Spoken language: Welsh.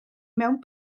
mewn